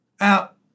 out